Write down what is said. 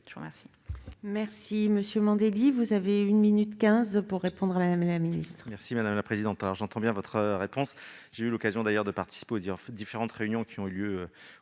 Je vous remercie